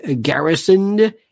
garrisoned